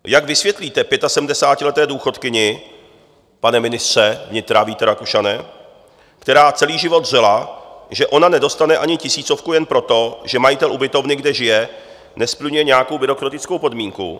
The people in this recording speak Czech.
Jak vysvětlíte 75leté důchodkyni, pane ministře vnitra Víte Rakušane, která celý život dřela, že ona nedostane ani tisícovku jenom proto, že majitel ubytovny, kde žije, nesplňuje nějakou byrokratickou podmínku?